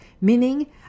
meaning